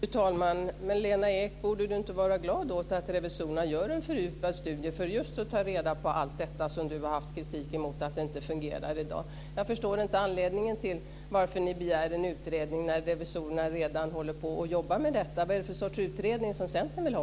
Fru talman! Borde inte Lena Ek vara glad åt att revisorerna gör en fördjupad studie för att ta reda på allt det som Lena Ek har kritiserat för att det inte fungerar? Jag förstår inte anledningen till varför ni begär en utredning när revisorerna redan jobbar med detta. Vad är det för utredning som Centern vill ha?